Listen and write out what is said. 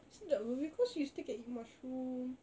tapi sedap apa because you still can eat mushroom